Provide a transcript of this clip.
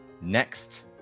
Next